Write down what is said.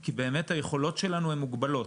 כי באמת היכולות שלנו הן מוגבלות,